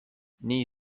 nii